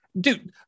dude